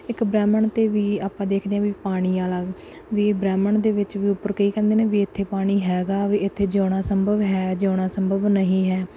ਇੱਕ ਬ੍ਰਹਿਮੰਡ 'ਤੇ ਵੀ ਆਪਾਂ ਦੇਖਦੇ ਹਾਂ ਵੀ ਪਾਣੀ ਵਾਲਾ ਵੀ ਬ੍ਰਹਿਮੰਡ ਦੇ ਵਿੱਚ ਵੀ ਉੱਪਰ ਕਈ ਕਹਿੰਦੇ ਨੇ ਵੀ ਇੱਥੇ ਪਾਣੀ ਹੈਗਾ ਵੀ ਇੱਥੇ ਜਿਉਣਾ ਸੰਭਵ ਹੈ ਜਿਉਣਾ ਸੰਭਵ ਨਹੀਂ ਹੈ